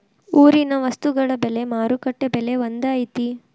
ಊರಿನ ವಸ್ತುಗಳ ಬೆಲೆ ಮಾರುಕಟ್ಟೆ ಬೆಲೆ ಒಂದ್ ಐತಿ?